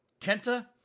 Kenta